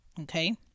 okay